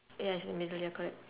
ya it's in the middle ya correct